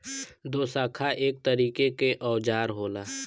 दोशाखा एक तरीके के औजार होला